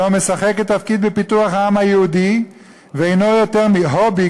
לא משחק תפקיד בפיתוח העם היהודי ואינו יותר מ"הובי",